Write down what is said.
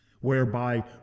whereby